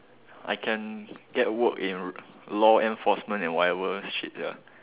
I can get work in law enforcement and whatever shit sia